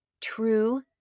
true